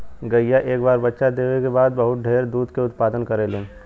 गईया एक बार बच्चा देवे क बाद बहुत ढेर दूध के उत्पदान करेलीन